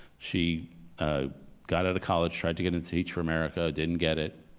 she ah got out of college, tried to get into teach for america, didn't get it,